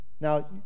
now